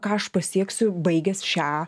ką aš pasieksiu baigęs šią